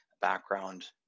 background